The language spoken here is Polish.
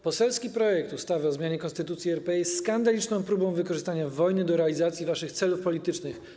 Poselski projekt ustawy o zmianie Konstytucji RP jest skandaliczną próbą wykorzystania wojny do realizacji waszych celów politycznych.